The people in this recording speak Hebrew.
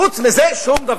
חוץ מזה שום דבר,